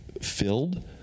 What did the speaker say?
filled